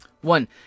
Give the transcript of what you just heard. One